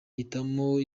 hitamo